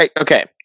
Okay